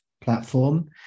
platform